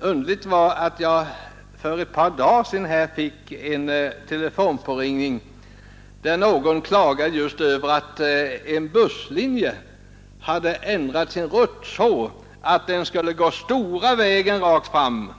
Underligt nog fick jag för ett par dagar sedan en telefonpåringning från en person, som klagade just över att en busslinje hade ändrat sin rutt så att den skulle gå stora vägen rakt fram,